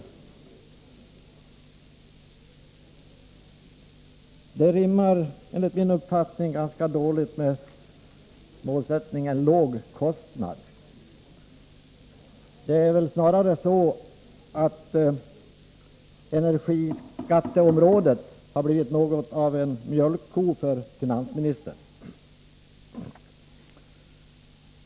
Det rimmar enligt min uppfattning ganska dåligt med målet att få en låg kostnad. Det är väl snarare så att energiskatteområdet har blivit något av en mjölkko för finansministern.